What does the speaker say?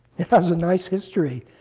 it has a nice history.